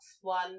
One